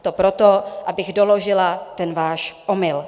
To proto, abych doložila ten váš omyl.